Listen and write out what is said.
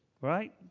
Right